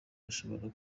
gishobora